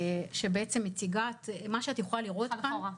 מה שאת יכולה לראות כאן,